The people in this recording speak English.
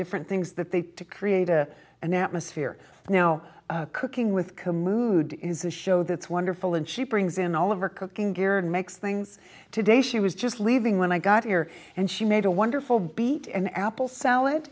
different things that they to create a an atmosphere now cooking with commute is a show that's wonderful and she brings in all of her cooking gear and makes things today she was just leaving when i got here and she made a wonderful beat an apple salad